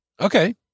Okay